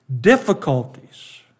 difficulties